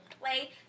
play